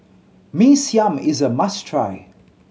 Mee Siam is a must try